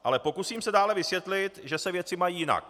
Ale pokusím se dále vysvětlit, že se věci mají jinak.